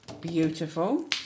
Beautiful